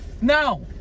no